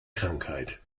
krankheit